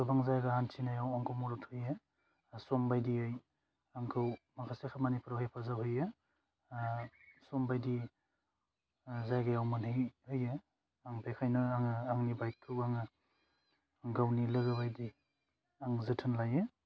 गोबां जायगा हान्थिनायाव आंखौ मदद होयो समबायदियै आंखौ माखासे खामानिफ्राव हेफाजाब होयो आह समबायदियै जायगायाव मोनहै हैयो आं बेखायनो आङो आंनि बाइकखौ आङो गावनि लोगो बायदि आं जोथोन लायो